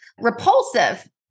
repulsive